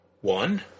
one